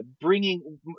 bringing